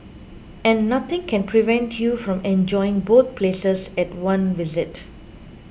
and nothing can prevent you from enjoying both places at one visit